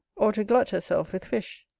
or to glut herself with fish.